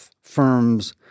firms